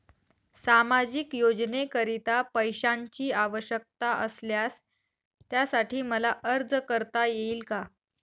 सामाजिक योजनेकरीता पैशांची आवश्यकता असल्यास त्यासाठी मला अर्ज करता येईल का?